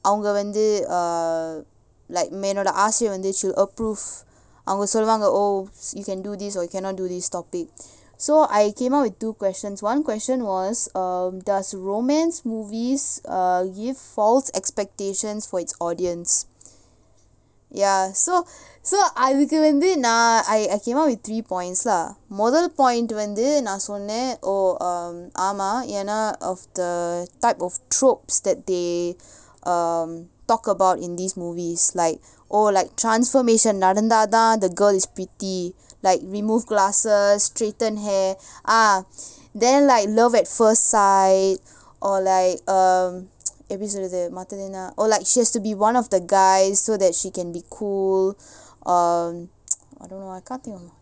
அவங்க வந்து:avanga vanthu uh like வந்து:vanthu she will approve அவங்க சொல்வாங்க:avanga solvaanga oh you can do this or you cannot do this topic so I came up with two questions one question was um does romance movies uh give false expectations for its audience ya so so அதுக்கு வந்து நா:athukku vanthu naa I I came up with three points lah மொதல்:mothal point வந்து நா சொன்னேன்:vanthu naa sonnaen oh um ஆமா ஏனா:aamaa yaenaa of the type of tropes that they um talk about in these movies like oh like transformation நடந்தா தான் அந்த:nadanthaa thaan`antha the girl is pretty like remove glasses straighten hair ah then like love at first sight or like um எப்டி சொல்றது மத்ததென்ன:epdi solrathu maththathenna oh like she has to be one of the guys so that she can be cool um I don't know I can't think of